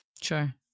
sure